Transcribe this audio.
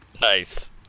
Nice